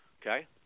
okay